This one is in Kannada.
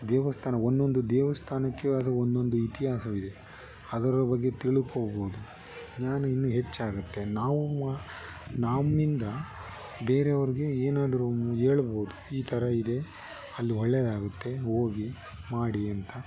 ದೇವಸ್ಥಾನ ಒಂದೊಂದು ದೇವಸ್ಥಾನಕ್ಕೆ ಆದ ಒಂದೊಂದು ಇತಿಹಾಸವಿದೆ ಅದರ ಬಗ್ಗೆ ತಿಳ್ಕೊಳ್ಬೋದು ಜ್ಞಾನ ಇನ್ನೂ ಹೆಚ್ಚಾಗುತ್ತೆ ನಾವು ಮ ನಮ್ಮಿಂದ ಬೇರೆಯವ್ರಿಗೆ ಏನಾದರೂ ಹೇಳ್ಬೋದು ಈ ಥರ ಇದೆ ಅಲ್ಲಿ ಒಳ್ಳೆಯದಾಗುತ್ತೆ ಹೋಗಿ ಮಾಡಿ ಅಂತ